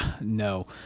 No